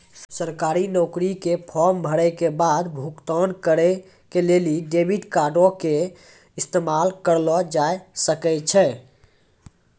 सरकारी नौकरी के फार्म भरै के बाद भुगतान करै के लेली डेबिट कार्डो के इस्तेमाल करलो जाय सकै छै